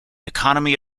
economy